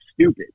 stupid